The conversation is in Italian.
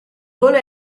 volo